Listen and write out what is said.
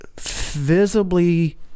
visibly